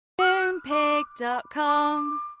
Moonpig.com